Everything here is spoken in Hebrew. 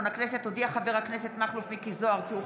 הכנסת הודיע חבר הכנסת מכלוף מיקי זוהר כי הוא